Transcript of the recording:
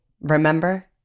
Remember